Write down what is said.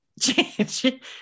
change